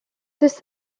this